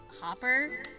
hopper